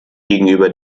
gegenüber